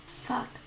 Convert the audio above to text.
Fuck